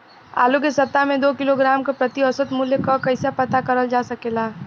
आलू के सप्ताह में दो किलोग्राम क प्रति औसत मूल्य क कैसे पता करल जा सकेला?